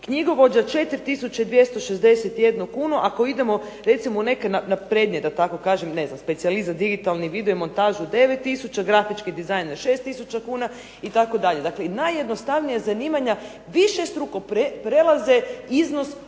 knjigovođa 4 tisuće 261 kunu, ako idemo recimo u neke naprednije da tako kažem, ne znam specijalist za digitalni video montažu 9 tisuća, grafički dizajn je 6 tisuća kuna, itd. Dakle i najjednostavnija zanimanja višestruko prelaze iznos ove